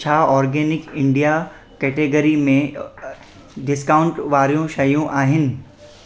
छा organic India category में discount वारियूं शयूं आहिनि